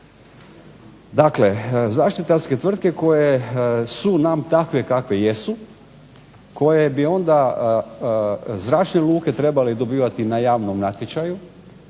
Dakle zaštitarske tvrtke koje su nam takve kakve jesu, koje bi onda zračne luke trebale dobivati na javnom natječaju,